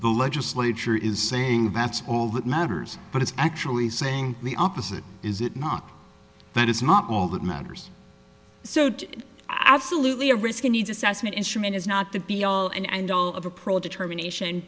the legislature is saying that's all that matters but it's actually saying the opposite is it not that it's not all that matters so i absolutely a risk a needs assessment instrument is not the be all and end all of a pro determination